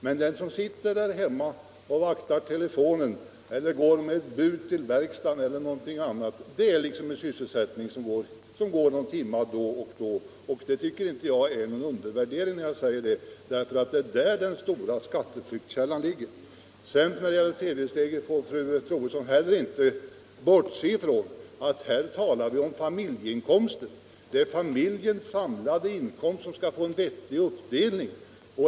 Men den som sitter där hemma och exempelvis vaktar telefonen eller går med ett bud till verkstaden ibland har däremot en sysselsättning som bara tar någon timme då och då. Jag tycker emellertid inte att det är någon undervärdering av mig att säga detta, därför att det är där den stora skatteflyktskällan ligger. Sedan får fru Troedsson heller inte bortse från att vi här talar om familjeinkomsten. Det är familjens samlade inkomst som skall få en vettig uppdelning.